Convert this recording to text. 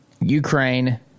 Ukraine